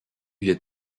viêt